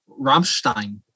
Rammstein